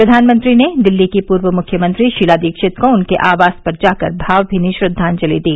प्रधानमंत्री ने दिल्ली की पूर्व मुख्यमंत्री शीला दीक्षित को उनके आवास जाकर भावनीनी श्रद्वांजलि दी